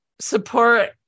support